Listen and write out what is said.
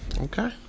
Okay